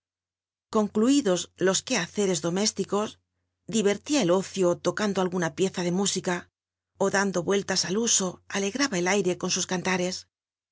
concluidos los c uchacercs domésticos dircrlia el ocio tocando alguna pieza ele míisica ó dando vueltas al huso altgraha el aire con sus cantare